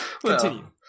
Continue